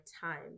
time